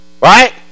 Right